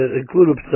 include